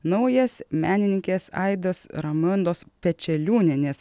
naujas menininkės aidos raimondos pečeliūnienės